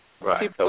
Right